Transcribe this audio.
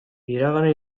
iragana